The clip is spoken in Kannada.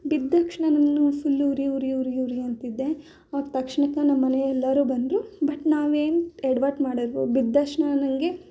ಬಿದ್ದ ತಕ್ಷ್ಣ ನನ್ನ ಫುಲ್ ಉರಿ ಉರಿ ಉರಿ ಉರಿ ಅಂತಿದ್ದೆ ಅವಾಗ ತಕ್ಷ್ಣಕ್ಕೆ ನಮ್ಮನೆ ಎಲ್ಲರೂ ಬಂದರು ಬಟ್ ನಾವೇನು ಎಡ್ವಟ್ಟು ಮಾಡಿದ್ವೋ ಬಿದ್ದಷ್ಣ ನನಗೆ